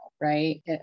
right